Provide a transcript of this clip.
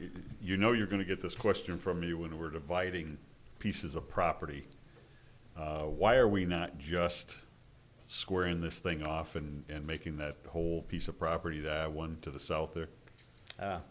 you know you're going to get this question from me when we're dividing pieces of property why are we not just square in this thing off and making that whole piece of property that one to the south